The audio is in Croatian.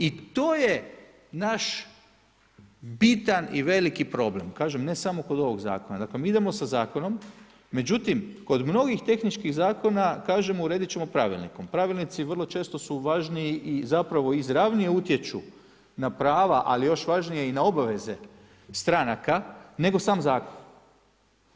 I to je naš bitan i veliki problem, kažem ne samo kod ovoga zakona, dakle mi idemo sa zakonom, međutim kod mnogih tehničkih zakona kažemo uredit ćemo pravilnikom, pravilnici vrlo često su važniji i zapravo izravnije utječu na prava, ali još važnije i na obaveze stranaka, nego sam zahtjev.